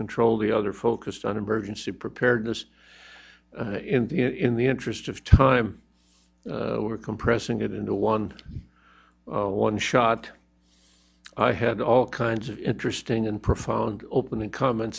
control the other focused on emergency preparedness in the interest of time were compressing it into one one shot i had all kinds of interesting and profound opening comment